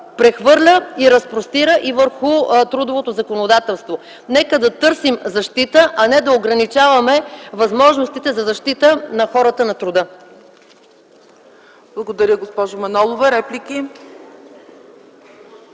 прехвърля и разпростира и върху трудовото законодателство. Нека да търсим защита, а не да ограничаваме възможностите за защита на хората на труда. ПРЕДСЕДАТЕЛ ЦЕЦКА ЦАЧЕВА: